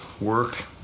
work